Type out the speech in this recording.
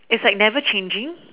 is like never changing